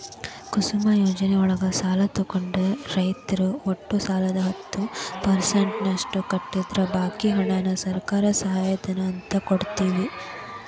ಕುಸುಮ್ ಯೋಜನೆಯೊಳಗ ಸಾಲ ತೊಗೊಂಡ ರೈತರು ಒಟ್ಟು ಸಾಲದ ಹತ್ತ ಪರ್ಸೆಂಟನಷ್ಟ ಕಟ್ಟಿದ್ರ ಬಾಕಿ ಹಣಾನ ಸರ್ಕಾರ ಸಹಾಯಧನ ಅಂತ ಕೊಡ್ತೇತಿ